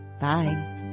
Bye